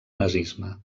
nazisme